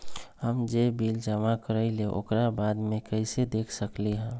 हम जे बिल जमा करईले ओकरा बाद में कैसे देख सकलि ह?